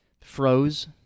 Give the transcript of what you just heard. froze